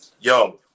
Yo